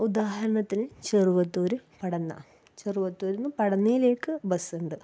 ഉദാഹരണത്തിന് ചെറുവത്തൂര് പടന്ന ചെറുവത്തൂര് നിന്ന് പടന്നയിലേക്ക് ബസ്സുണ്ട്